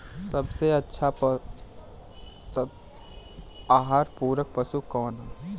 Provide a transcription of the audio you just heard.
सबसे अच्छा आहार पूरक पशु कौन ह?